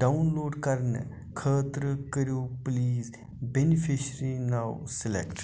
download کرنہٕ خٲطرٕ کٔرِو پلیٖز بینِفیشرِی ناو سِیلیکٹ